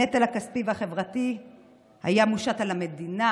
הנטל הכספי והחברתי היה מושת על המדינה,